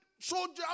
soldiers